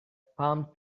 palm